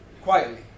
quietly